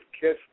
Kiss